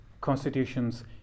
constitutions